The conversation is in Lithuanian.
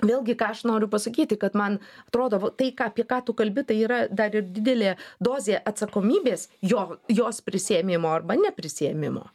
vėlgi ką aš noriu pasakyti kad man atrodo va tai ką apie ką tu kalbi tai yra dar ir didelė dozė atsakomybės jo jos prisiėmimo arba neprisiėmimo